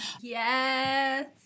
yes